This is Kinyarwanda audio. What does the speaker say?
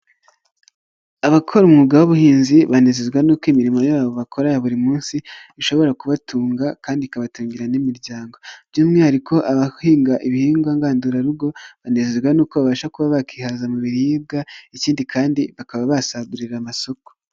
Abakora umwuga w'ubuhinzi, banezezwa n'uko imirimo yabo bakora buri munsi ishobora kubatunga, kandi ikabatungana n'imiryango. By'umwihariko abahinga ibihingwa ngandurarugo, banezezwa n'uko babasha kuba bakihaza mu biribwa, ikindi kandi bakaba basagurira amasoko.